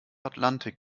atlantik